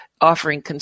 offering